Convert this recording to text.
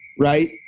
Right